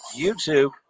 YouTube